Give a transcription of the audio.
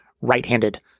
right-handed